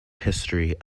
history